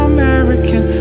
American